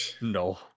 no